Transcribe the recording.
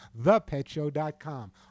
thepetshow.com